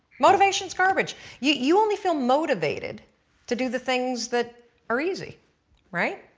motivation is garbage, you only feel motivated to do the things that are easy right?